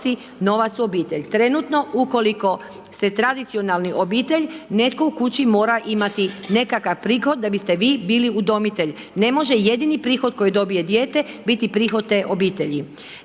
novac u obitelj. Trenutno, ukoliko ste tradicionalni obitelj netko u kući mora imati nekakav prihod da biste vi bili udomitelj, ne može jedini prihod koji dobije dijete biti prihod te obitelji.